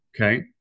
Okay